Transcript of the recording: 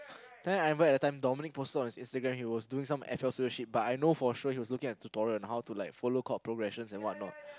then I remember at that time Dominique posted on his Instagram he was doing some F L studio shit but I know for sure he was looking at tutorial and how to like follow chord progressions and what not